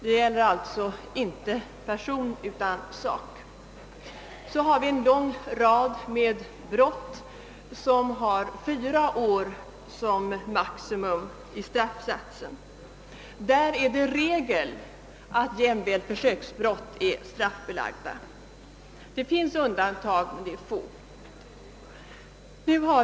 Det gäller alltså inte brott mot person utan förmögenhetsbrott. Vidare har vi en lång rad brott, där maximistraffet är fyra år. Där är det regel att jämväl försöksbrott är straffbelagda. Det finns undantag, men de är få.